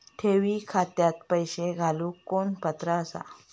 ठेवी खात्यात पैसे घालूक कोण पात्र आसा?